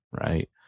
right